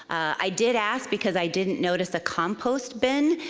i did ask, because i didn't notice a compost bin,